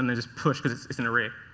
and then. because it's it's an array.